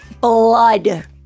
blood